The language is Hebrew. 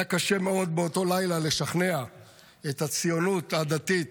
היה קשה מאוד באותו לילה לשכנע את הציונות הדתית